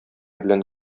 белән